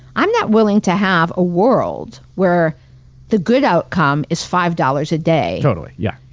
i'm not willing to have a world where the good outcome is five dollars a day. totally, yeah.